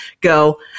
go